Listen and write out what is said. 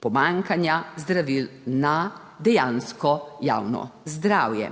pomanjkanja zdravil na dejansko javno zdravje?